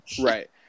right